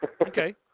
Okay